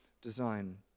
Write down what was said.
Design